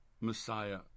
Messiah